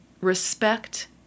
respect